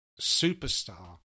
superstar